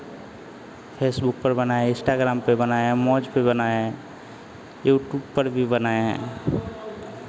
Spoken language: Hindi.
फेसबुक पर बनाए इंस्टाग्राम पे बनाए मौज पे बनाए यूट्यूब पर भी बनाए हैं